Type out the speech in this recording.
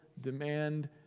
demand